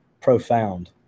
profound